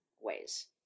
ways